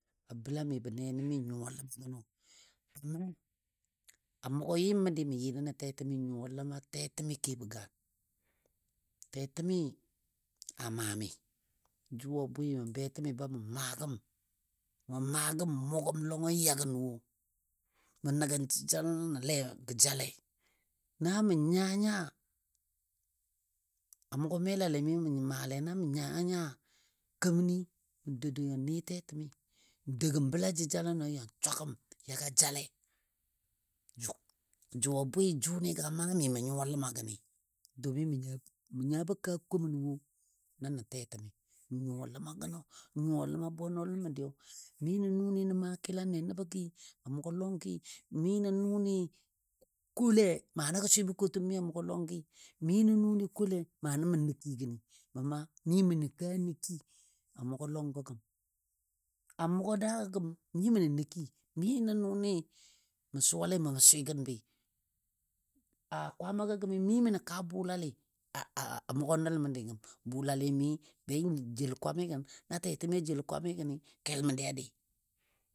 A bəla mibɔ nɛnɛmi n nyuwa ləma gənɔ, amma a mugɔ yɨm məndi mə yɨ nəno tɛtɛ mi nyuwa ləma tɛtɛmi kebɔ gaan, tɛtɛmi a maa mi. Jʊ a bwɨ mə be təmi ba mə maa gəm, mə maa gəm n mʊgəm lɔngɔ yagən wo, mə nəgan jəjalanɔle gə jale. Na mə nya nya a mʊgɔ melali mi ma maale na mə nya nya kemani mə dou dou yɔ nə tɛtɛ. N dou gəm bəla jəjaləno yɔ swagəm ya ga jale jʊ a bwɨ jʊnɨ ga maa mi mə nyuwa ləma gəni domin ma nyabɔ kaa koman wo nəbo tɛtɛmi, n nyuwa ləma gənɔ, nyuwa ləma bwenɔlən məndiyo, mi nə nʊnɨ na maa kilane nənɔ gii a mʊgɔ lɔngɨ, mi nə nʊnɨ kole mana gə swɨbɔ kotəm mi a mʊgɔ lɔngi, mi nə nʊnɨ kole mana mə nə kii gəni. Mə ma mi mə nən kaa nə kii a mʊgɔ lɔngɔ gəm, a mʊgɔ daago gəm mi mə nə na kii, mi nə nʉnɨ mə suwa mə mou swɨgənbɨ. A kwaamagɔ gəm mi mənən kaa bulalɨ a mʊgɔ nəl məndi gəm, bʊlalɨ mi ben jel kwamigan na tɛtɛmi jel kwamigəni kel məndi a dɨ